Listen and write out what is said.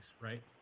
right